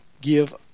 give